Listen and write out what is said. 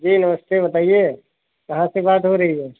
जी नमस्ते बताइए कहाँ से बात हो रही है